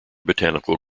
botanical